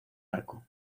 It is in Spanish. arco